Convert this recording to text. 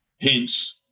hence